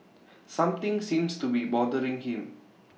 something seems to be bothering him